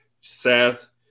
Seth